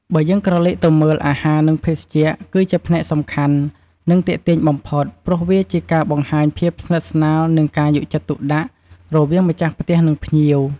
បើយើងក្រឡេកទៅមើល អាហារ និងភេសជ្ជៈ គឺជាផ្នែកសំខាន់ និងទាក់ទាញបំផុត ព្រោះវាជាការបង្ហាញភាពស្និទ្ធស្នាលនិងការយកចិត្តទុកដាក់រវាងម្ចាស់ផ្ទះ និងភ្ញៀវ។